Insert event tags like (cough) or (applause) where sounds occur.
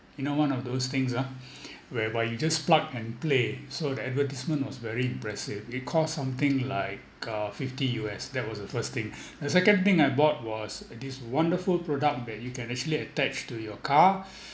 you know one of those things ah (breath) whereby you just plug and play so that advertisement was very impressive it cost something like uh fifty U_S that was the first thing (breath) the second thing I bought was this wonderful product that you can actually attach to your car